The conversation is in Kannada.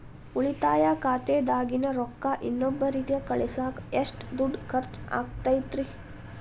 ಉಳಿತಾಯ ಖಾತೆದಾಗಿನ ರೊಕ್ಕ ಇನ್ನೊಬ್ಬರಿಗ ಕಳಸಾಕ್ ಎಷ್ಟ ದುಡ್ಡು ಖರ್ಚ ಆಗ್ತೈತ್ರಿ?